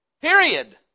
Period